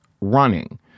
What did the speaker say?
Running